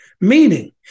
meaning